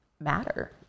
matter